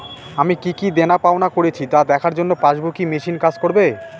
আমি কি কি দেনাপাওনা করেছি তা দেখার জন্য পাসবুক ই মেশিন কাজ করবে?